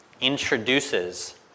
introduces